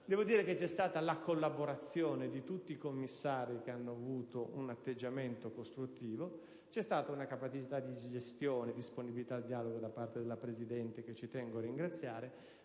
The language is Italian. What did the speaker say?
ma anche grazie alla collaborazione di tutti i commissari che hanno avuto un atteggiamento costruttivo, alla capacità di gestione, alla disponibilità al dialogo da parte della Presidente - che tengo a ringraziare